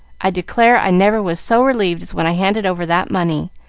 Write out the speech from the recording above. i declare i never was so relieved as when i handed over that money,